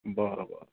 बरं बरं